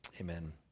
amen